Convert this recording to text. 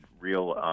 real